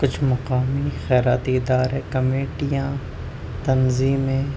کچھ مقامی خیراتی ادارے کمیٹیاں تنظیمیں